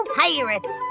pirates